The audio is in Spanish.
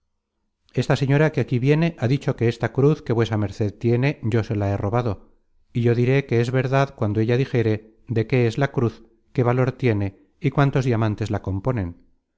esta señora que aquí viene ha dicho que esta cruz que vuesa merced tien yo se la he robado y yo diré que es verdad cuando ella dijere de qué es la cruz qué valor tiene y cuántos diamantes la componen